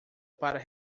para